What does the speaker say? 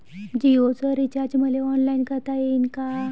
जीओच रिचार्ज मले ऑनलाईन करता येईन का?